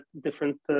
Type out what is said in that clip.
different